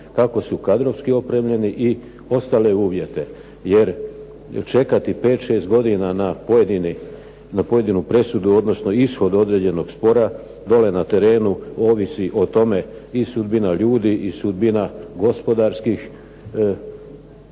kako su kadrovski opremljeni i ostale uvjete. Jer čekati 5,6 godina na pojedinu presudu, odnosno ishod određenog spora dolje na terenu ovisi o tome i sudbina ljudi i sudbina gospodarskih